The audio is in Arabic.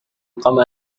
القمر